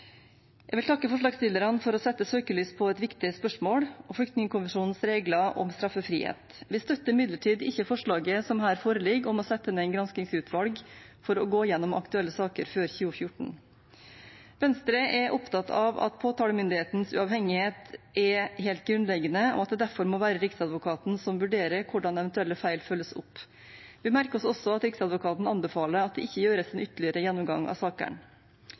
Jeg vil takke forslagsstillerne for å sette søkelys på et viktig spørsmål om flyktningkonvensjonens regler om straffefrihet. Vi støtter imidlertid ikke forslaget som her foreligger om å sette ned et granskingsutvalg for å gå gjennom aktuelle saker før 2014. Venstre er opptatt av at påtalemyndighetens uavhengighet er helt grunnleggende, og at det derfor må være Riksadvokaten som vurderer hvordan eventuelle feil følges opp. Vi merker oss også at Riksadvokaten anbefaler at det ikke gjøres en ytterligere gjennomgang av